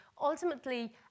ultimately